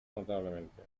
notablemente